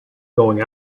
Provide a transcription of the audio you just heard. going